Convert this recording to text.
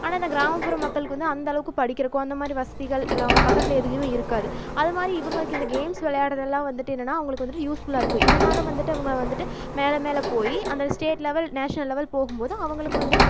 ஆனால் இந்த கிராமப்புற மக்களுக்கு வந்து அந்தளவுக்கு படிக்கிறக்கோ அந்தமாதிரி வசதிகள் இல்லை அங்கே பக்கத்தில் எதுகிதும் இருக்காது அது மாதிரி இவங்களுக்கு இந்த கேம்ஸ் விளையாடுறதெல்லாம் வந்துவிட்டு என்னென்னா அவங்களுக்கு வந்துட்டு யூஸ்ஃபுல்லாக இருக்கு இதனால வந்துவிட்டு அவங்க வந்துவிட்டு மேலே மேலே போய் அந்த ஸ்டேட் லெவல் நேஷ்னல் லெவல் போகும்போது அவங்களுக்கு வந்துட்டு